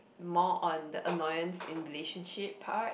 more on the annoyance in relationship part